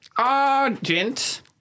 Argent